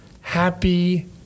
happy